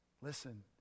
listen